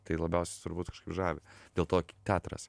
tai labiausia turbūt žavi dėl to teatras